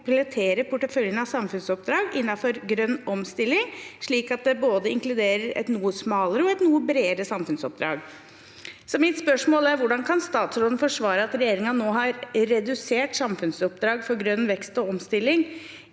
komplettere porteføljen av samfunnsoppdrag innen grønn omstilling, slik at den både inkluderer ett noe smalere og ett noe bredere samfunnsoppdrag.» Mitt spørsmål er: Hvordan kan statsråden forsvare at regjeringen nå har redusert samfunnsoppdrag for grønn vekst og omstilling,